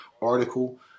article